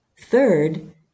Third